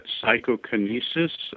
psychokinesis